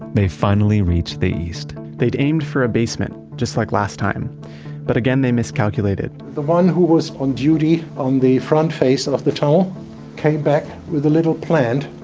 they finally reached the east. they'd aimed for a basement. just like last time but again they miscalculated the one who was on duty on the front face of the tunnel came back with a little plant.